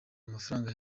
amafaranga